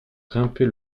grimper